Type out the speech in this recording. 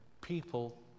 People